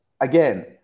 again